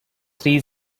three